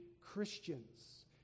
Christians